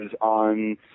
on